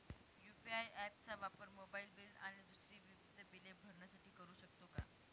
UPI app चा वापर mobile bill आणि दुसरी विविध बिले भरण्यासाठी करू शकतो का?